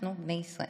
אנחנו בני ישראל.